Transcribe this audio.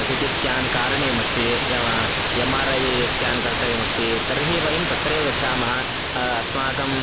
C T scan कारणीयमस्ति यमा M R I scan कर्तव्यमस्ति तर्हि वयं तत्रैव गच्छामः अस्माकं